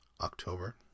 October